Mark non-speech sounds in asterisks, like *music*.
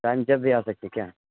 *unintelligible* بھی آ سکتے ہیں کیا